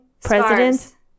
president